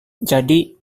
jadi